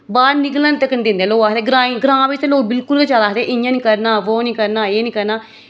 बाह्र निकलन तक नेईं दिंदे लोक आखदे ग्राएं ग्रां बिच ते लोक बिल्कुल गै ज्यादा आखदे इ'यां नि करना ओह् निं करना एह् निं करना